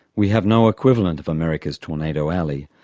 we have no equivalent of america's tornado alley.